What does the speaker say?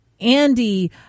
Andy